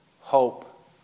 hope